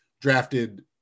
drafted